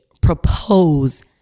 propose